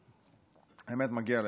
היא שמגיע להם.